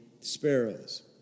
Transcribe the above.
sparrows